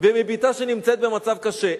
ומבתה שנמצאת במצב קשה.